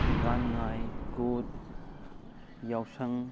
ꯒꯥꯟ ꯉꯥꯏ ꯀꯨꯠ ꯌꯥꯎꯁꯪ